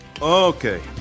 Okay